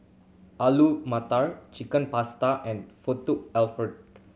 Alu Matar Chicken Pasta and Alfredo